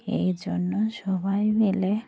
এই জন্য সবাই মিলে